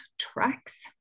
Tracks